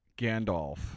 Gandalf